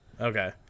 Okay